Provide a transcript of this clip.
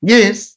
Yes